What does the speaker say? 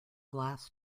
glass